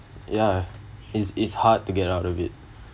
ya it's it's hard to get out of it